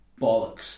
bollocks